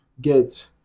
Get